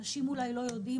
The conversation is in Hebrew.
אנשים אולי לא יודעים,